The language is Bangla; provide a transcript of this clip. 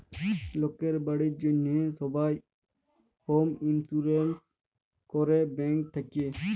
লকের বাড়ির জ্যনহে সবাই হম ইলসুরেলস ক্যরে ব্যাংক থ্যাকে